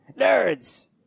Nerds